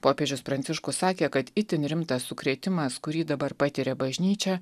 popiežius pranciškus sakė kad itin rimtas sukrėtimas kurį dabar patiria bažnyčia